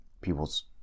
people's